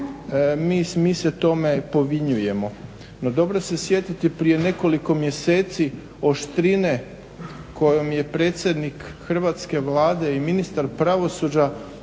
mi se tome povinjujemo. No dobro se sjetiti prije nekoliko mjeseci oštrine kojom je predsjednik hrvatske Vlade i ministar pravosuđa,